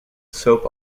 soap